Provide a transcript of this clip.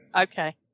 Okay